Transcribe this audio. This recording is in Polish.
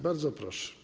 Bardzo proszę.